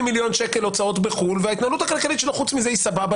מיליון שקל הוצאות בחו"ל וההתנהלות הכלכלית שלו חוץ מזה היא סבבה